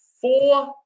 four